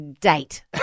Date